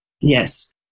Yes